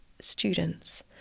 students